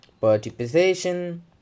participation